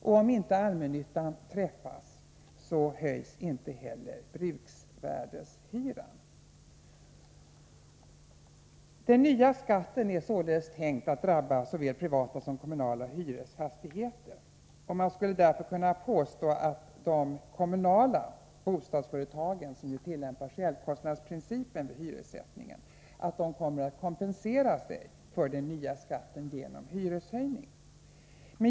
Eftersom inte allmännyttan träffas, höjs inte heller bruksvärdeshyran. Den nya fastighetsskatten är således tänkt att drabba såväl privata som kommunala hyresfastigheter. Man skulle därför kunna påstå att de kommunala bostadsföretagen, som tillämpar självkostnadsprincipen vid hyressättningen, kommer att kompensera sig för den nya skatten genom hyreshöjning.